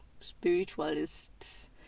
spiritualists